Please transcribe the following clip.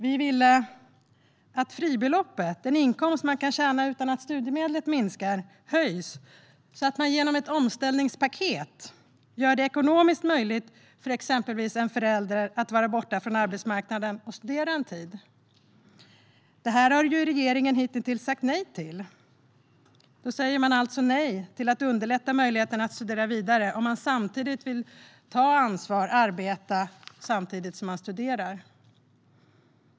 Vi vill att fribeloppet - den inkomst studerande kan ha utan att studiemedlet minskar - höjs så att man genom ett omställningspaket gör det ekonomiskt möjligt för exempelvis en förälder att vara borta från arbetsmarknaden och studera en tid. Detta har regeringen hitintills sagt nej till. Regeringen säger alltså nej till att underlätta möjligheten att studera vidare för den som vill ta ansvar och jobba samtidigt som man studerar.